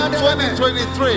2023